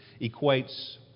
equates